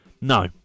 No